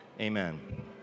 Amen